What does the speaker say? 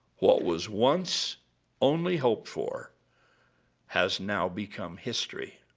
what was once only hoped for has now become history.